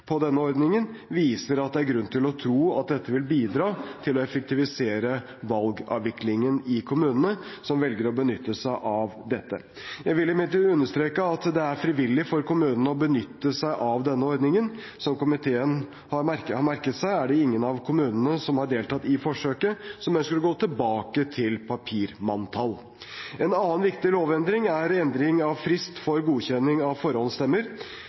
på denne ordningen, viser at det er grunn til å tro at dette vil bidra til å effektivisere valgavviklingen i kommunene som velger å benytte seg av dette. Jeg vil imidlertid understreke at det er frivillig for kommunene å benytte seg av denne ordningen. Som komiteen har merket seg, er det ingen av kommunene som har deltatt i forsøket, som ønsker å gå tilbake til papirmanntall. En annen viktig lovendring er endring av frist for godkjenning av forhåndsstemmer.